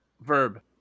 verb